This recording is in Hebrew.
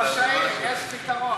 ראש העיר, יש פתרון.